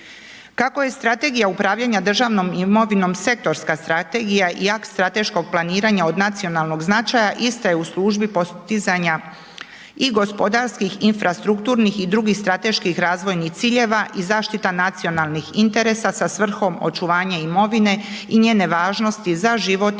Kako je strategija upravljanja državnom imovinom sektorska strategija i akt strateškog planiranja od nacionalnog značaja ista je u službi postizanja i gospodarskih infrastrukturnih i drugih strateških razvojnih ciljeva i zaštita nacionalnih interesa sa svrhom očuvanja imovine i njene važnosti za život i